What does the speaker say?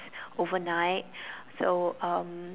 overnight so um